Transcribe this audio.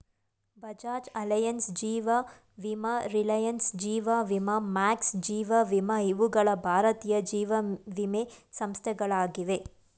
Bajaj Allianz, ಜೀವ ವಿಮಾ ರಿಲಯನ್ಸ್, ಜೀವ ವಿಮಾ ಮ್ಯಾಕ್ಸ್, ಜೀವ ವಿಮಾ ಇವುಗಳ ಭಾರತೀಯ ಜೀವವಿಮೆ ಸಂಸ್ಥೆಗಳಾಗಿವೆ